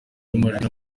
bw’amajwi